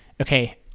okay